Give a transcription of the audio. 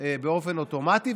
באופן אוטומטי,